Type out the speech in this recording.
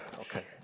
okay